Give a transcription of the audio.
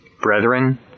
Brethren